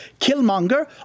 Killmonger